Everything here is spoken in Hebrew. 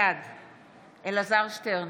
בעד אלעזר שטרן,